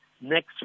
next